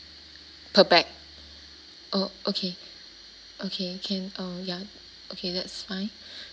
per bag oh okay okay can oh ya okay that's fine